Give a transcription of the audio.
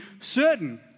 certain